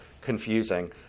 confusing